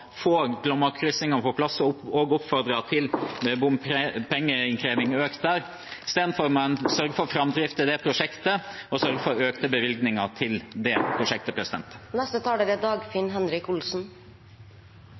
få Glomma-kryssingen på plass, oppfordret han til økt bompengeinnkreving. Istedenfor må man sørge for framdrift i prosjektet og sørge for økte bevilgninger til prosjektet.